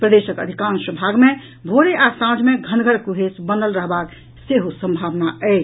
प्रदेशक अधिकांश भाग मे भोरे आ सांझ मे घनगर कुहेस बनल रहबाक सेहो संभावना अछि